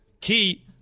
Key